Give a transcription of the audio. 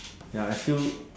ya I feel